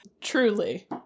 Truly